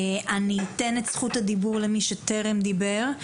אני אתן את זכות הדיבור למי שטרם דיבר.